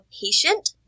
patient